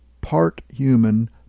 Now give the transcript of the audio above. part-human